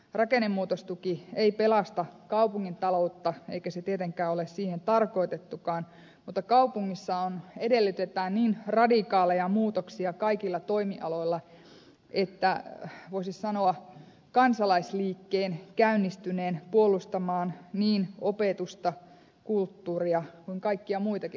rakennemuutostuki ei pelasta kaupungin taloutta eikä se tietenkään ole siihen tarkoitettukaan mutta kaupungissa edellytetään niin radikaaleja muutoksia kaikilla toimialoilla että voisi sanoa kansalaisliikkeen käynnistyneen puolustamaan niin opetusta kulttuuria kuin kaikkia muitakin palveluita